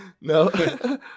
No